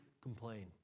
complain